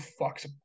fucks